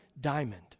diamond